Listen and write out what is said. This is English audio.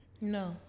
No